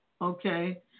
Okay